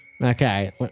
Okay